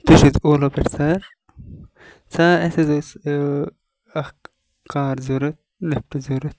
تُہۍ چھِو ہز اولا پیٚٹھ سَر سَر اَسہِ حظ ٲس اکھ کار ضوٚرَتھ لِفٹ ضوٚرَتھ